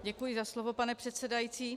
Děkuji za slovo, pane předsedající.